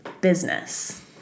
business